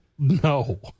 No